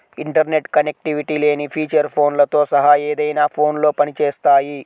internet connectivity లేని feature ఫోన్లతో సహా ఏదైనా ఫోన్లో పని చేస్తాయి